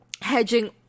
hedging